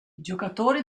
giocatori